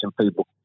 people